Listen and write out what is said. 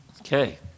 Okay